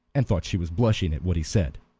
and thought she was blushing at what he said.